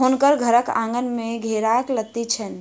हुनकर घरक आँगन में घेराक लत्ती छैन